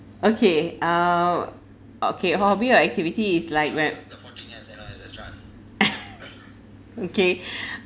okay uh okay hobby or activity is like when okay